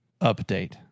update